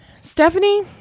Stephanie